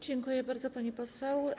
Dziękuję bardzo, pani poseł.